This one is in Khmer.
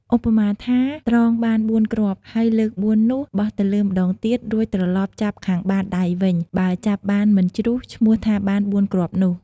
ឧបមាថា ត្រងបាន៤គ្រាប់ ហើយលើក ៤ នោះបោះទៅលើម្តងទៀត រួចត្រឡប់ចាប់ខាងបាតដៃវិញ បើចាប់បានមិនជ្រុះឈ្មោះថាបាន ៤គ្រាប់នោះ។